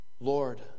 Lord